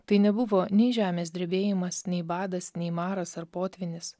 tai nebuvo nei žemės drebėjimas nei badas nei maras ar potvynis